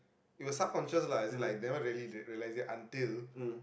it was subconscious lah as in like never really realise it until